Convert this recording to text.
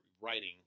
writing